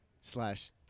Slash